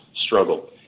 struggle